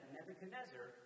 Nebuchadnezzar